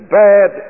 bad